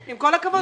עם כל הכבוד.